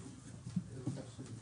העיריות לא יגידו